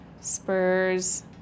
spurs